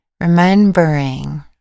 Remembering